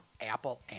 Apple